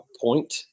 point